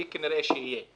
אני כנראה אהיה פה